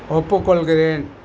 ஒப்புக்கொள்கிறேன்